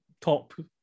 top